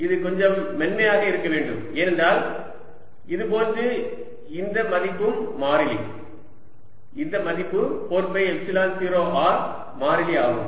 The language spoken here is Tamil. இது கொஞ்சம் மென்மையாக இருக்க வேண்டும் ஏனென்றால் இது போன்று இந்த மதிப்பும் மாறிலி இந்த மதிப்பு 4 பை எப்சிலன் 0 R மாறிலி ஆகும்